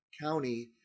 County